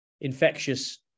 infectious